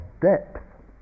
depth